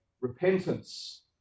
repentance